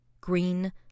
green